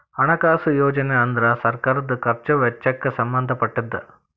ಹಣಕಾಸು ಯೋಜನೆ ಅಂದ್ರ ಸರ್ಕಾರದ್ ಖರ್ಚ್ ವೆಚ್ಚಕ್ಕ್ ಸಂಬಂಧ ಪಟ್ಟಿದ್ದ